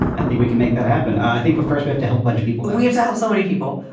i think we can make that happen. i think but first we have to help bunch people and we have to have so many people.